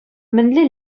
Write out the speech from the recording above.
мӗнле